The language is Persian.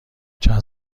چند